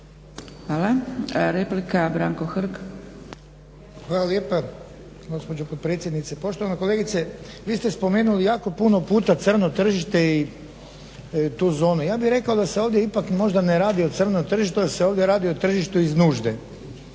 Hrg. **Hrg, Branko (HSS)** Hvala lijepa, gospođo potpredsjednice. Poštovana kolegice, vi ste spomenuli jako puno puta crno tržište i tu zonu. Ja bih rekao da se ovdje ipak možda ne radi o crnom tržištu, da se ovdje radi o tržištu iz nužde.